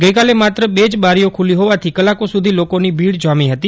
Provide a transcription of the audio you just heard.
ગઈકાલે માત્ર બે જ બારીઓ ખુલ્લી ફોવાથી કલાકો સુધી લોકોની ભીડ જામી ફતી